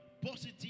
Positive